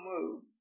move